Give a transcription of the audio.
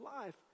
life